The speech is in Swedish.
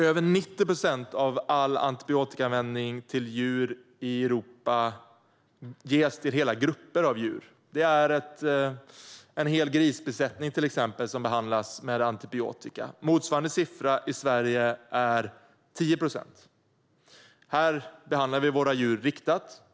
Över 90 procent av all antibiotikaanvändning till djur i Europa ges till hela grupper av djur. Till exempel kan en hel grisbesättning behandlas med antibiotika. Motsvarande siffra i Sverige är 10 procent. Här behandlar vi våra djur riktat.